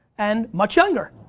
and much younger.